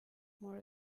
more